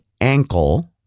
ankle